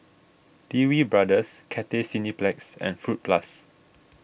Lee Wee Brothers Cathay Cineplex and Fruit Plus